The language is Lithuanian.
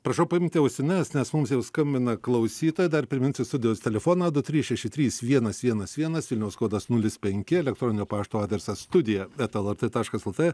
prašau paimti ausines nes mums jau skambina klausyto dar priminsiu studijos telefoną du trys šeši trys vienas vienas vienas vilniaus kodas nulis penki elektroninio pašto adresas studija eta lrt taškas lt